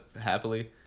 happily